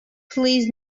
please